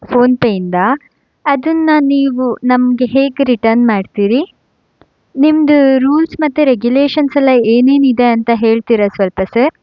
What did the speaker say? ಫೋನ್ಪೇಯಿಂದ ಅದನ್ನು ನೀವು ನಮಗೆ ಹೇಗೆ ರಿಟರ್ನ್ ಮಾಡ್ತೀರಿ ನಿಮ್ಮದು ರೂಲ್ಸ್ ಮತ್ತು ರೇಗುಲೇಷನ್ಸ್ ಎಲ್ಲ ಏನೇನಿದೆ ಅಂತ ಹೇಳ್ತೀರಾ ಸ್ವಲ್ಪ ಸರ್